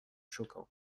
choquant